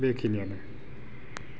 बेखिनियानो